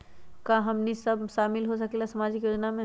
का हमनी साब शामिल होसकीला सामाजिक योजना मे?